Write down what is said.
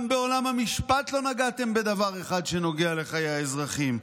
גם בעולם המשפט לא נגעתם בדבר אחד שנוגע לחיי האזרחים,